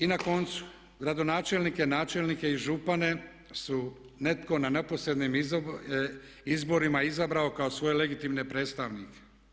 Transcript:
I na koncu, gradonačelnike, načelnike i župane su netko na neposrednim izborima izabrao kao svoje legitimne predstavnike.